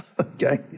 Okay